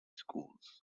schools